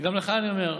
גם לך אני אומר: